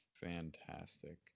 Fantastic